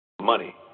Money